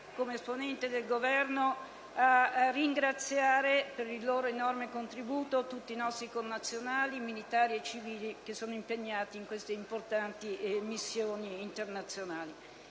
come esponente del Governo ci tenevo a ringraziare per il loro enorme contributo tutti i nostri connazionali, militari e civili, impegnati in queste importanti missioni internazionali.